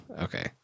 Okay